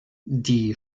die